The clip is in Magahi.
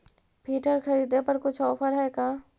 फिटर खरिदे पर कुछ औफर है का?